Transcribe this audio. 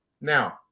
Now